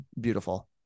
beautiful